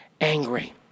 angry